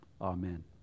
Amen